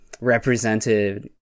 represented